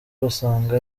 basanga